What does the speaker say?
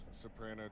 soprano